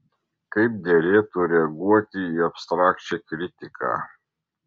kaip derėtų reaguoti į abstrakčią kritiką